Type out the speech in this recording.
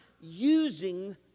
using